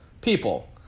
people